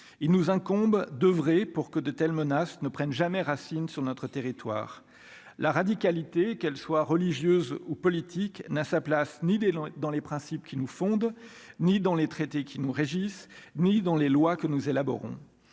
il nous incombe d'oeuvrer pour que de telles menaces ne prennent jamais racine sur notre territoire la radicalité qu'elle soit religieuse ou politique n'a sa place ni des dans les principes qui nous fonde ni dans les traités qui nous régissent ni dans les lois que nous élaborons,